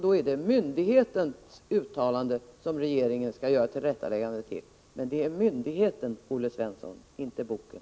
Då är det myndighetens uttalande som regeringen skall göra ett tillrättaläggande till. Det gäller alltså myndighetens uttalande, Olle Svensson, inte boken!